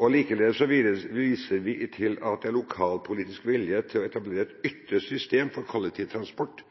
Likeledes viser vi til at det er lokalpolitisk vilje til å etablere et ytre system for kollektivtransport